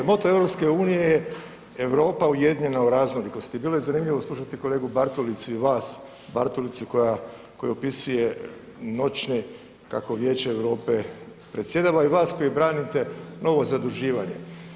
Moto EU je „Europa ujedinjena u raznolikosti“ i bilo je zanimljivo slušati kolegu Bartolicu i vas Bartolicu koji opisuje noćne kako je Vijeće Europe predsjedava i vas koji branite novo zaduživanja.